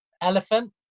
Elephant